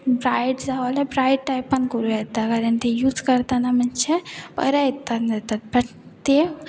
bright जावोल्यार bright टायपान करूं येता कारण ते यूज करतना मातशे बरें यता येतात बट ते